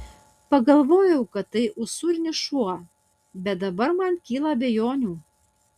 pagalvojau kad tai usūrinis šuo bet dabar man kyla abejonių